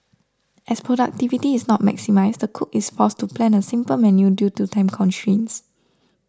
as productivity is not maximised the cook is forced to plan a simple menu due to time constraints